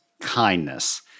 kindness